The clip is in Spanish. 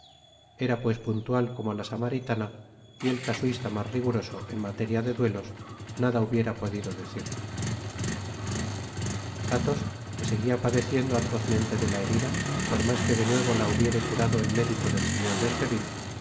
era pues puntual como la samaritana y el casuista mas rigoroso en materia de duelos nada hubiera podido decir athos que seguía padeciendo atrozmente de la herida por mas que de nuevo la hubiere curado el médico del señor de